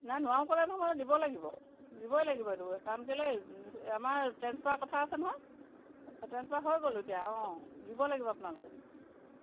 নাই নোৱাৰোঁ ক'লে নহ'ব নহয় দিব লাগিব দিবই লাগিব এইটো কাৰণ কেলেই আমাৰ ট্ৰেঞ্চফাৰ কথা আছে নহয় ট্ৰেঞ্চফাৰ হৈ গলোঁ এতিয়া অঁ দিব লাগিব আপোনালোকে